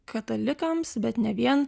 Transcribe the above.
katalikams bet ne vien